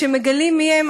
וכשמגיעים ורואים מי הם,